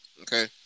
okay